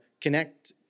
connect